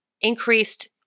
increased